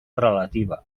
relativa